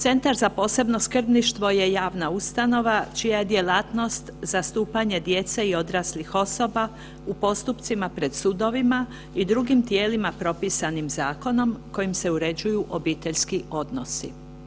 Centar za posebno skrbništvo je javna ustanova čija je djelatnost zastupanje djece i odraslih osoba u postupcima pred sudovima i drugim tijelima propisanim zakonom kojim se uređuju obiteljski odnosi.